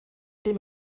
dem